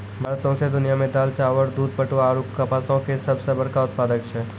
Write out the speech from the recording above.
भारत सौंसे दुनिया मे दाल, चाउर, दूध, पटवा आरु कपासो के सभ से बड़का उत्पादक छै